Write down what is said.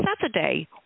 Saturday